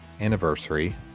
anniversary